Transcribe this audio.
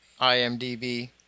IMDb